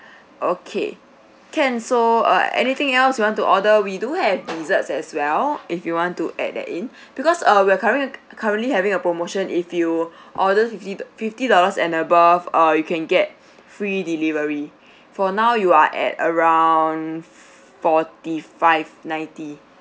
okay can so uh anything else you want to order we do have desserts as well if you want to add that in because uh we are curren~ currently having a promotion if you order fift~ fifty dollars and above err you can get free delivery for now you are at around forty five ninety